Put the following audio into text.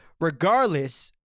regardless